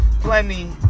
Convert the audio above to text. plenty